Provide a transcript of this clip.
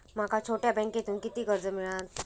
माका छोट्या बँकेतून किती कर्ज मिळात?